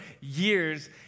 years